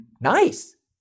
Nice